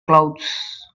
clouds